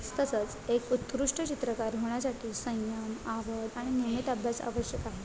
तसंच एक उत्कृष्ट चित्रकार होण्यासाठी संयम आवड आणि नियमित अभ्यास आवश्यक आहे